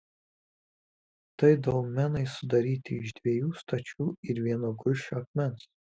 tai dolmenai sudaryti iš dviejų stačių ir vieno gulsčio akmens